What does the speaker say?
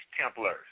Templars